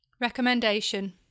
Recommendation